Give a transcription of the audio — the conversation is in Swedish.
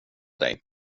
dig